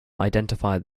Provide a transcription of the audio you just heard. identified